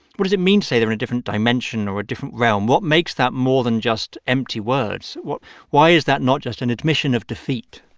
what does it mean to say they're in a different dimension or a different realm? what makes that more than just empty words? why is that not just an admission of defeat?